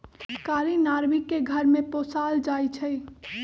कारी नार्भिक के घर में पोशाल जाइ छइ